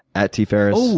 at tferriss. oh,